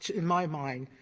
in my mind,